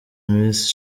miss